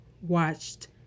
watched